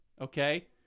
okay